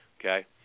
Okay